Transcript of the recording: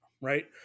right